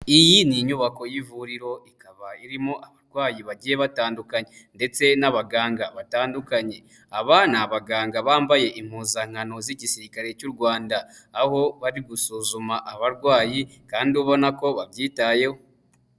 Iyi ni inyubako y'ivuriro ikaba irimo abarwayi bagiye batandukanye ndetse n'abaganga batandukanye, aba ni abaganga bambaye impuzankano z'igisirikare cy'u Rwanda aho bari gusuzuma abarwayi kandi ubona ko babyitayeho.